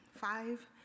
five